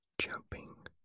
jumping